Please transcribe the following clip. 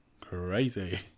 Crazy